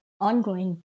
ongoing